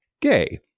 gay